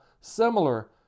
similar